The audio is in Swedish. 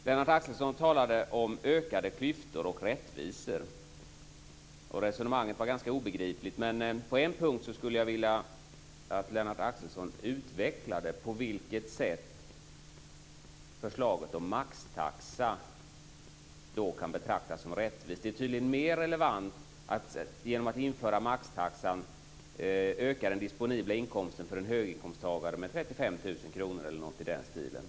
Lennart Axelsson talade om ökade klyftor och om rättvisa. Resonemanget var ganska obegripligt. Men på en punkt skulle jag vilja att Lennart Axelsson utvecklar sig. Det gäller hur förslaget om maxtaxa kan betraktas som rättvist. Det är tydligen helt relevant att genom att införa maxtaxan öka den disponibla inkomsten för en höginkomsttagare med 35 000 kr eller något i den stilen.